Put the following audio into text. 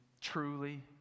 truly